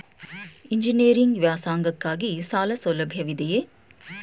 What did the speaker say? Engineering ವ್ಯಾಸಂಗಕ್ಕಾಗಿ ಸಾಲ ಸೌಲಭ್ಯವಿದೆಯೇ?